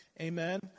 Amen